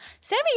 Sammy